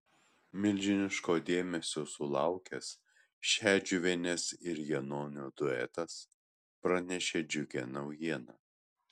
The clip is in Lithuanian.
milžiniško dėmesio sulaukęs šedžiuvienės ir janonio duetas pranešė džiugią naujieną